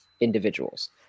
individuals